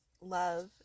love